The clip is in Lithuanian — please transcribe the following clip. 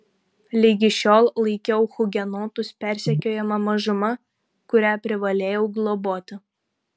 ligi šiol laikiau hugenotus persekiojama mažuma kurią privalėjau globoti